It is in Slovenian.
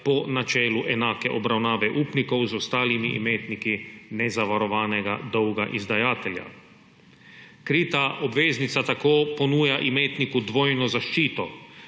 po načelu enake obravnave upnikov z ostalimi imetniki nezavarovanega dolga izdajatelja. Krita obveznica tako ponuja imetniku dvojno zaščito,